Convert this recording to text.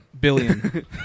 Billion